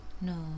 No